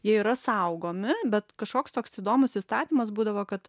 jie yra saugomi bet kažkoks toks įdomus įstatymas būdavo kad